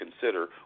consider